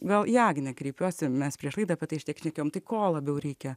gal į agnę kreipiuosi ir mes prieš laidą apie ištiek šnekėjom tai ko labiau reikia